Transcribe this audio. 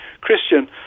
Christian